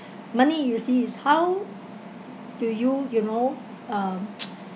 money you see is how do you you know um